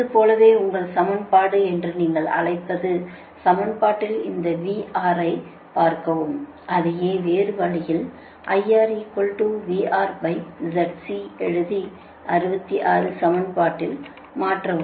அதுபோலவே உங்கள் சமன்பாடு என்று நீங்கள் அழைப்பது சமன்பாட்டில் இந்த V R ஐப் பார்க்கவும் அதையே வேறு வழியில் எழுதி 66 சமன்பாட்டில் மாற்றவும்